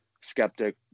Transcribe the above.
skeptic